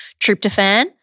tryptophan